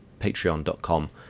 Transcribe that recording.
Patreon.com